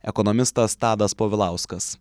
ekonomistas tadas povilauskas